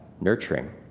nurturing